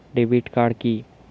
Debit card কি?